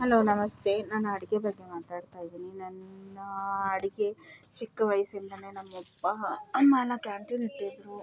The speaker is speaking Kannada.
ಹಲೋ ನಮಸ್ತೇ ನಾನು ಅಡುಗೆ ಬಗ್ಗೆ ಮಾತಾಡ್ತಾಯಿದ್ದೀನಿ ನನ್ನ ಅಡುಗೆ ಚಿಕ್ಕ ವಯ್ಸಿಂದಲೇ ನಮ್ಮಪ್ಪ ಅಮ್ಮ ಅಲ್ಲಾ ಕ್ಯಾಂಟೀನ್ ಇಟ್ಟಿದ್ದರು